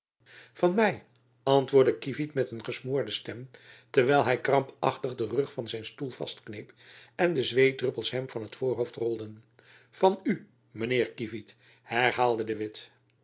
van my antwoordde kievit met een gesmoorde stem terwijl hy krampachtig den rug van zijn stoel vastkneep en de zweetdruppels hem van t voorhoofd rolden van u mijn heer kievit herhaalde de witt